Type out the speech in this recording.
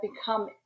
become